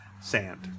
sand